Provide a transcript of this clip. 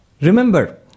Remember